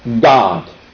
God